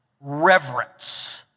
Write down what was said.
reverence